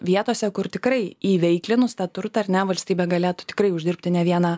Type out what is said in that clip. vietose kur tikrai įveiklinus tą turtą ar ne valstybė galėtų tikrai uždirbti ne vieną